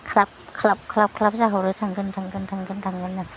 ख्लाब ख्लाब ख्लाब ख्लाब जाहरो थांगोन थांगोन थांगोननो